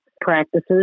practices